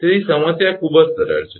તેથી સમસ્યા ખૂબ જ સરળ છે